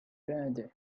bed